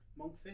monkfish